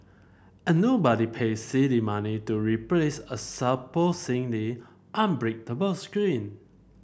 and nobody paid silly money to replace a unbreakable screen